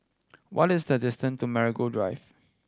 what is the distance to Marigold Drive